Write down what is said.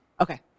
Okay